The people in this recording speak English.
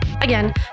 Again